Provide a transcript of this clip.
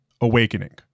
awakening